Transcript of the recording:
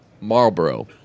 Marlboro